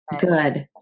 Good